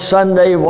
Sunday